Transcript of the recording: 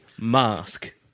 Mask